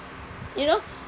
you know